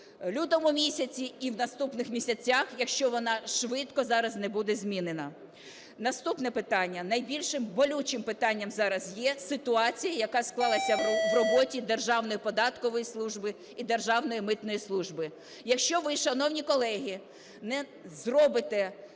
лютому місяці, і в наступних місяцях, якщо вона швидко зараз не буде змінена. Наступне питання. Найбільш болючим питанням зараз є ситуація, яка склалася в роботі Державної податкової служби і Державної митної служби. Якщо ви, шановні колеги, не зробите